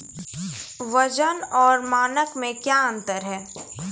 वजन और मानक मे क्या अंतर हैं?